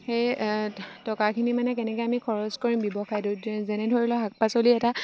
সেই টকাখিনি মানে কেনেকৈ আমি খৰচ কৰিম ব্যৱসায়টোত যেনে ধৰি লওক শাক পাচলি এটা